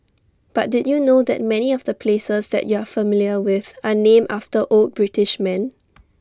but did you know that many of the places that you're familiar with are named after old British men